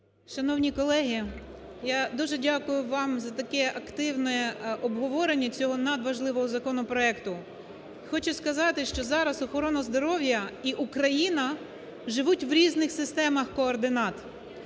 Шановні колеги, я дуже дякую вам за таке активне обговорення цього надважливого законопроекту. Хочу сказати, що зараз охорона здоров'я і Україна живуть в різних системах координат.